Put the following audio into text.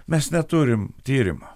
mes neturim tyrimo